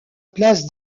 place